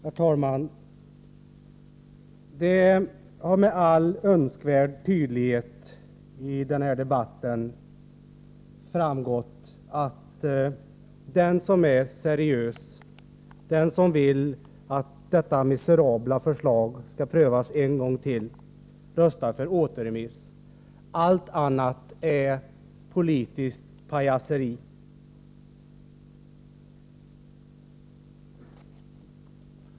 Herr talman! Av den här debatten har med all önskvärd tydlighet framgått att den som är seriös, den som vill att det miserabla förslaget om nedläggning av tandläkarhögskolan i Malmö skall prövas en gång till, röstar för återremiss. Allt annat är politiskt pajaseri.